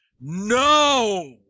no